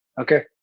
Okay